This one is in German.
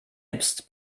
selbst